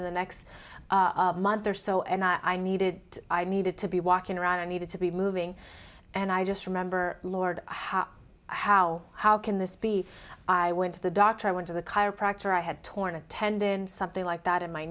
in the next month or so and i needed it i needed to be walking around and needed to be moving and i just remember lord how how can this be i went to the doctor i went to the chiropractor i had torn a tendon something like that in my